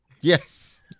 yes